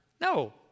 No